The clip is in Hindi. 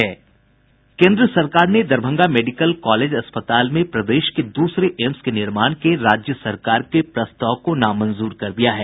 केन्द्र सरकार ने दरभंगा मेडिकल कॉलेज अस्पताल में प्रदेश के दूसरे एम्स के निर्माण के राज्य सरकार के प्रस्ताव को नामंजूर कर दिया है